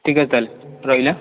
ଠିକ୍ ଅଛି ତାହାଲେ ରହିଲି ଆଁ